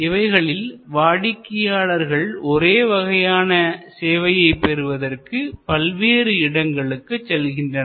இவைகளில் வாடிக்கையாளர்கள் ஒரே வகையான சேவையைப் பெறுவதற்கு பல்வேறு இடங்களுக்கு செல்கின்றனர்